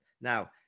Now